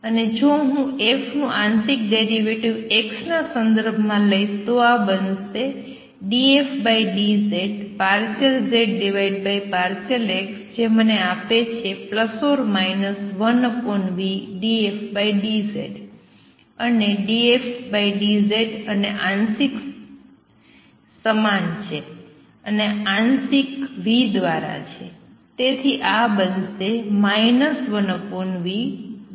અને જો હું f નું આંશિક ડેરિવેટિવ x ના સંદર્ભમાં લઇશ તો આ બનશે dfdz∂z∂x જે મને આપશે 1vdfdz અને dfdz અને આંશિક સમાન છે અને આંશિક v દ્વારા છે